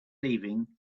leaving